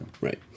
Right